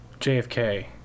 JFK